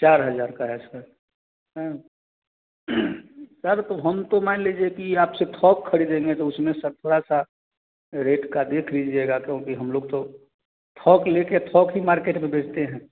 चार हज़ार का है इसका हाँ सर तो हम तो मान लीजिए कि आपसे थौक ख़रीदेंगे तो उसमें सर थोड़ा सा रेट का देख लीजिएगा क्योंकि हम लोग तो थौक लेकर थौक ही मार्केट में बेचते हैं